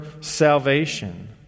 salvation